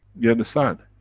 you understand?